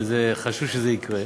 וזה חשוב שזה יקרה.